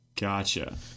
Gotcha